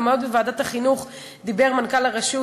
גם היום אמר בוועדת החינוך מנכ"ל הרשות